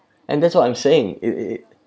and that's what I'm saying i~ i~ it